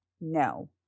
No